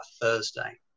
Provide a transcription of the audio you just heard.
Thursday